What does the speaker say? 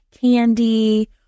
candy